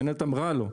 המנהלת אמרה לו,